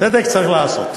צדק צריך להיעשות.